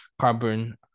carbon